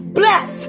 bless